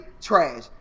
Trash